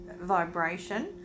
vibration